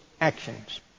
actions